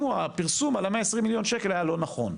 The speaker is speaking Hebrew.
הפרסום על ה-120 מיליון שקל היה לא נכון.